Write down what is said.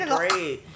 great